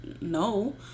no